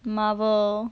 marvel